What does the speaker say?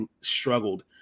struggled